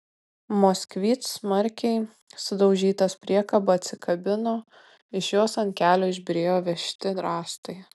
moskvič smarkiai sudaužytas priekaba atsikabino iš jos ant kelio išbyrėjo vežti rąstai